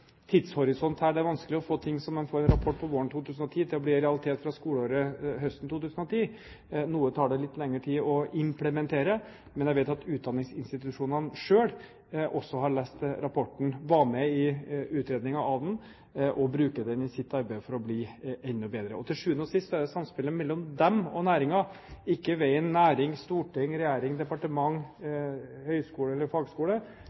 tidshorisont her; det er vanskelig å få ting som man får en rapport om våren 2010, til å bli realitet fra skoleåret høsten 2010. Noe tar det litt lengre tid å implementere, men jeg vet at utdanningsinstitusjonene selv også har lest rapporten. De var med i utredningen av den, og de bruker den i sitt arbeid for å bli enda bedre. Til syvende og sist er det samspillet mellom dem og næringen, ikke veien næring, storting, regjering, departement, høyskole eller fagskole